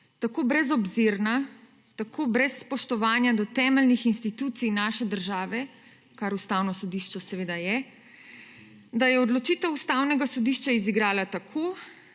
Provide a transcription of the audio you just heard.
tako brezobzirna, tako brez spoštovanja do temeljnih institucij naše države, kar Ustavno sodišče seveda je, da je odločitev Ustavnega sodišča izigrala tako,